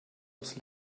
aufs